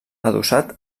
adossat